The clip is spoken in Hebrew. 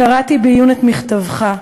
קראתי בעיון את מכתבך.